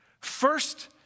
First